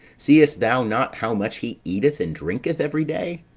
seest thou not how much he eateth and drinketh every day?